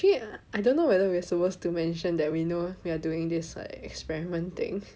actually I don't know whether we are supposed to mention that we know we are doing this like experiment thing